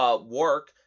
work